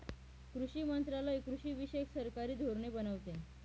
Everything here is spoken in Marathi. कृषी मंत्रालय कृषीविषयक सरकारी धोरणे बनवते